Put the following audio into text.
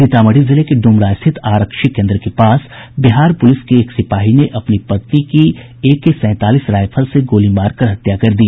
सीतामढ़ी जिले के ड्मरा स्थित आरक्षी केन्द्र के पास बिहार पूलिस के एक सिपाही ने अपनी पत्नी की एके सैंतालीस रायफल से गोली मारकर हत्या कर दी